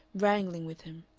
wrangling with him,